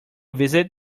visit